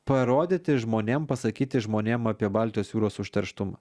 parodyti žmonėm pasakyti žmonėm apie baltijos jūros užterštumą